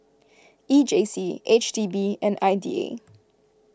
E J C H D B and I D A